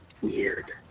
weird